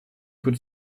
could